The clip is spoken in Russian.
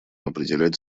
определять